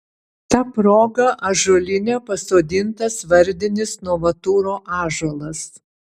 ta proga ąžuolyne pasodintas vardinis novaturo ąžuolas